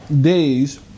days